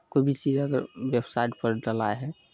कोइ भी चीज अगर वेबसाइटपर डलाइ हइ